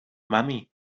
mami